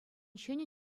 ҫӗнӗ